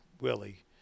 Willie